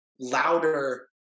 louder –